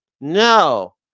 No